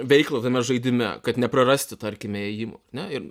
veiklą tame žaidime kad neprarasti tarkime ėjimų ar ne ir